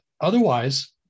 otherwise